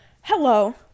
Hello